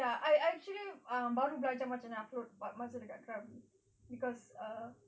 ya I I actually uh baru belajar macam mana nak float masa kat krabi because err